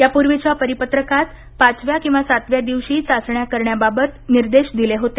यापूर्वीच्या परिपत्रकात पाचव्या किंवा सातव्या दिवशी चाचण्या करण्याबाबत निर्देश दिले होते